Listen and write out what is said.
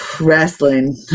wrestling